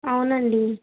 అవునండి